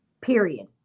period